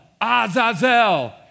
Azazel